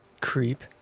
Creep